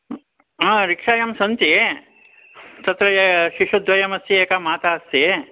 हा रिक्षायां सन्ति तत्र ये शिशुद्वयमस्ति एका माता अस्ति